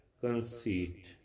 conceit